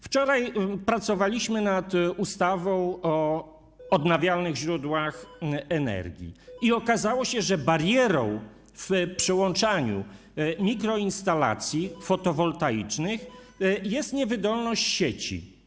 Wczoraj pracowaliśmy nad ustawą o odnawialnych źródłach energii i okazało się, że barierą w przyłączaniu mikroinstalacji fotowoltaicznych jest niewydolność sieci.